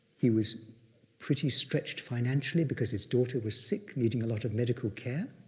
he was pretty stretched financially because his daughter was sick, needing a lot of medical care,